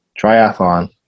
Triathlon